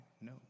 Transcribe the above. No